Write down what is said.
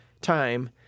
time